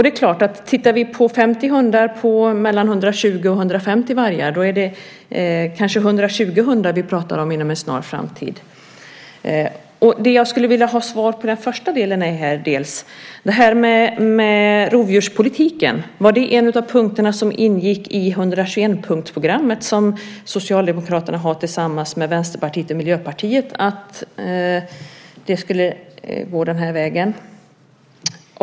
Det är klart att har vi 50 hundar på mellan 120 och 150 vargar är det kanske 120 hundar vi pratar om inom en snar framtid. Det jag skulle vilja ha svar på i den första delen är om rovdjurspolitiken var en av punkterna som ingick i 121-punktsprogrammet som Socialdemokraterna har tillsammans med Vänsterpartiet och Miljöpartiet. Skulle det gå den här vägen?